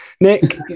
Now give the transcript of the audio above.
Nick